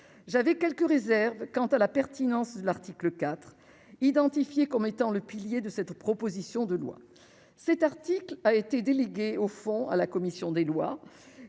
j'avais quelques réserves quant à la pertinence de l'article IV, identifié comme étant le pilier de cette proposition de loi, cet article a été délégué au fond à la commission des lois,